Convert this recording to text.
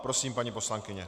Prosím, paní poslankyně.